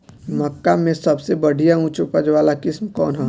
मक्का में सबसे बढ़िया उच्च उपज वाला किस्म कौन ह?